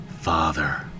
father